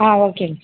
ஆ ஓகேங்க